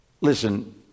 listen